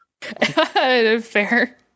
fair